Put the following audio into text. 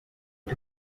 the